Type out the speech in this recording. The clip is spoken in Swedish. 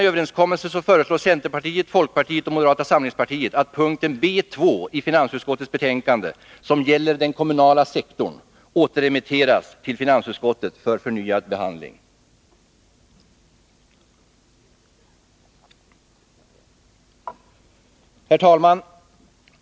betänkande, vilken gäller den kommunala sektorn, återremitteras till finansutskottet för förnyad behandling. Herr talman!